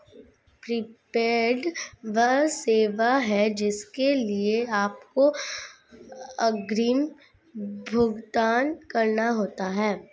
prepaid वह सेवा है जिसके लिए आपको अग्रिम भुगतान करना होता है